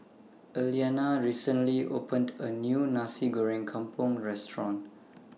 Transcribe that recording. Alaina recently opened A New Nasi Goreng Kampung Restaurant